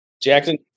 Jackson